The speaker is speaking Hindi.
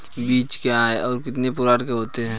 बीज क्या है और कितने प्रकार के होते हैं?